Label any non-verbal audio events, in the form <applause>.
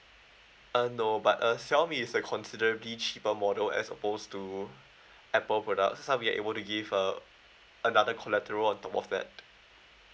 uh no but uh xiaomi is like considerably cheaper model as opposed to <breath> apple products that's how we are we able to give uh another collateral on top of that